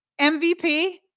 MVP